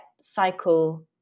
cycle